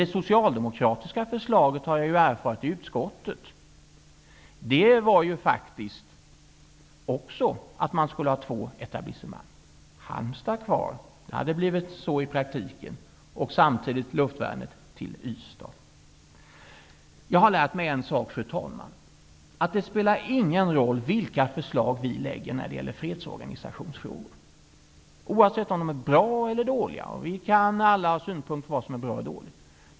Jag har i utskottet erfarit att det socialdemokratiska förslaget också gick ut på att man skulle ha två etablissemang. I praktiken skulle Halmstad vara kvar samtidigt med ett luftvärn i Ystad. Fru talman! Jag har lärt mig en sak. Det spelar ingen roll vilka förslag vi lägger fram när det gäller fredsorganisationsfrågor. Detta gäller oavsett om förslagen är bra eller dåliga, och vi kan alla ha synpunkter på vad som är bra och dåligt.